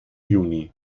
juni